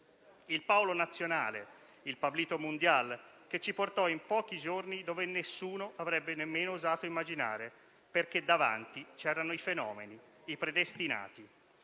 Il Paolo nazionale, il "Pablito mundial", che ci portò in pochi giorni dove nessuno avrebbe nemmeno osato immaginare, perché davanti c'erano i fenomeni, i predestinati: